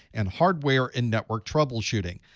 and hardware and network troubleshooting.